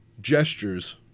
gestures